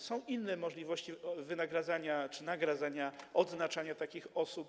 Są inne możliwości wynagradzania czy nagradzania, odznaczania takich osób.